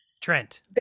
Trent